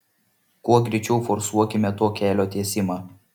kuo greičiau forsuokime to kelio tiesimą